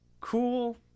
cool